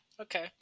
Okay